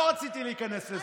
לא רציתי להיכנס לזה.